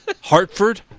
Hartford